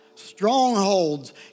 strongholds